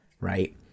Right